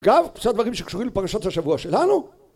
אגב קצת דברים שקשורים לפרשת השבוע שלנו...